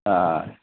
हा